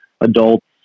adults